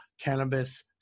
cannabis